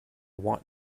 want